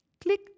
Click